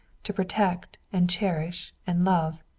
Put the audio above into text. to protect and cherish and love.